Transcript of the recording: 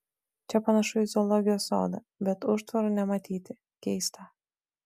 čia panašu į zoologijos sodą bet užtvarų nematyti keista